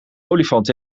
olifant